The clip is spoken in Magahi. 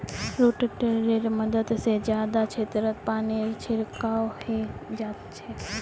रोटेटरैर मदद से जादा क्षेत्रत पानीर छिड़काव हैंय जाच्छे